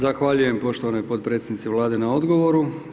Zahvaljujem poštovanoj potpredsjednici Vlade na odgovoru.